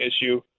issue